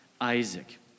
Isaac